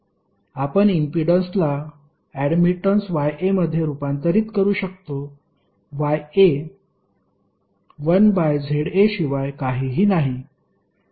आपण इम्पीडन्सला admittance YA मध्ये रूपांतरित करू शकतो YA 1 बाय ZA शिवाय काहीही नाही